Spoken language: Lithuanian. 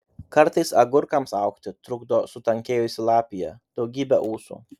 kartais agurkams augti trukdo sutankėjusi lapija daugybė ūsų